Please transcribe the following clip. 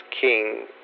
King